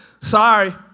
sorry